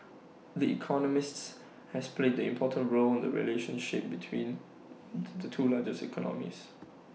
the economist has played an important role in the relationship between the two largest economies